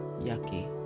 yucky